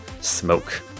smoke